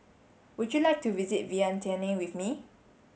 would you like to visit Vientiane with me